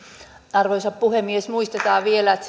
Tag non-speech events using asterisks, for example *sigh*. arvoisa puhemies muistetaan vielä että *unintelligible*